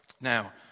Now